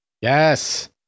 Yes